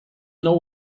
know